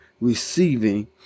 receiving